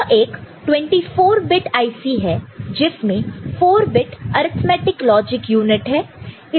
यह एक 24 bit IC है जिसमें 4 बिट अर्थमैटिक लॉजिक यूनिट है